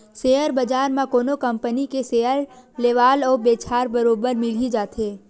share बजार म कोनो कंपनी के सेयर लेवाल अउ बेचहार बरोबर मिली जाथे